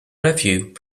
revue